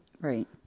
Right